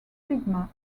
stigma